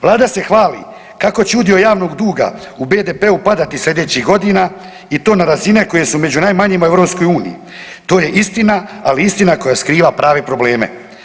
Vlada se hvali kako će udio javnog duga u BDP-u padati sljedećih godina i to na razine koje su među najmanjima u EU, to je istina, ali istina koja skriva prave probleme.